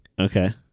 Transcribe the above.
okay